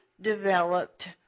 developed